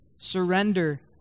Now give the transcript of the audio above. Surrender